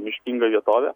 miškinga vietovė